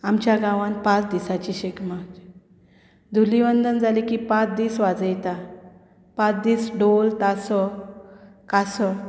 आमच्या गांवांत पांच दिसांची शिगमा धुलीवंदन जालें की पांच दीस वाजयता पांच दीस ढोल तासो कासो